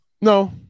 No